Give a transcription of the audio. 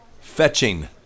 Fetching